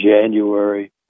January